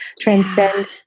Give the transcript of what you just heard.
Transcend